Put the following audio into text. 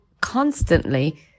constantly